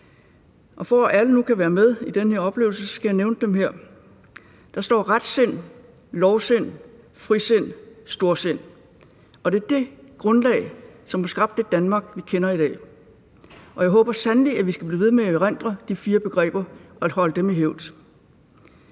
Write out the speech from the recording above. For at alle nu kan være med i den her oplevelse, skal jeg nævne dem her. Der står: retsind, lovsind, frisind, storsind. Det er det grundlag, som har skabt det Danmark, vi kender i dag, og jeg håber sandelig, at vi kan blive ved med at erindre de fire begreber og holde dem i hævd.